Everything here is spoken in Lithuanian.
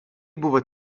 buvo